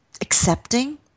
accepting